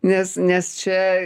nes nes čia